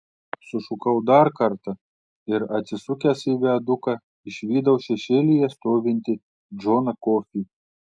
sušukau dar kartą ir atsisukęs į viaduką išvydau šešėlyje stovintį džoną kofį